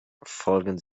folgen